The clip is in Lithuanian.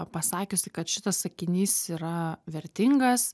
pasakiusi kad šitas sakinys yra vertingas